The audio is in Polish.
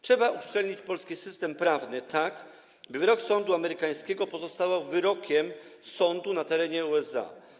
Trzeba uszczelnić polski system prawny tak, by wyrok sądu amerykańskiego pozostawał wyrokiem sądu na terenie USA.